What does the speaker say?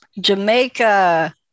Jamaica